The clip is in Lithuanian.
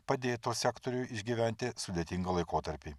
padėtų sektoriui išgyventi sudėtingą laikotarpį